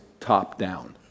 top-down